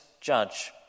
judge